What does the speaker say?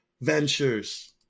ventures